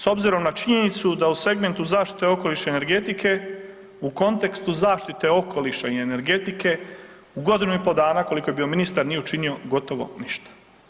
S obzirom na činjenicu da u segmentu zaštite okoliša i energetike u kontekstu zaštite okoliša i energetike u godinu i pola dana koliko je bio ministar nije učinio gotovo ništa.